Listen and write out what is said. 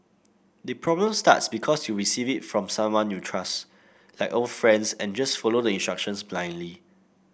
the problem starts because you receive it from someone you trust like old friends and just follow the instructions blindly